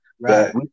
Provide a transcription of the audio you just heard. Right